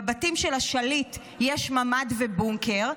בבתים של השליט יש ממ"ד ובונקר,